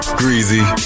greasy